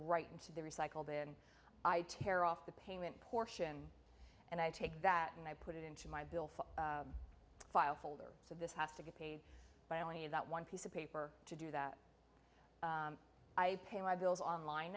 right into the recycle bin i tear off the payment portion and i take that and i put it into my bill for file folder so this has to get paid by only that one piece of paper to do that i pay my bills online